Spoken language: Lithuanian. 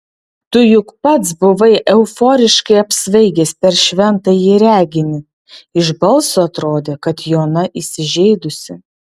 tu juk pats buvai euforiškai apsvaigęs per šventąjį reginį iš balso atrodė kad jona įsižeidusi